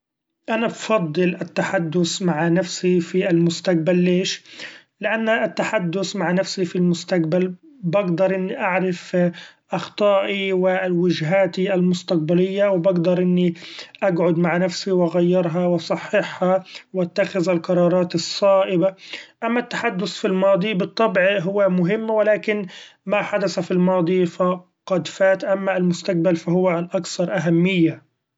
أنا بفضل التحدث مع نفسي في المستقبل ليش ؛ لأن التحدث مع نفسي في المستقبل بقدر إني أعرف اخطائي و وجهاتي المستقبلية ، و بقدر إني اقعد مع نفسي و اغيرها و اصححها و اتخذ القرارات الصائبة ، أما التحدث في الماضي بالطبع هو مهم و لكن ما حدث في الماضي فقد فات أما المستقبل فهو أكثر أهمية.